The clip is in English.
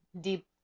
deep